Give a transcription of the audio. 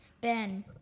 Ben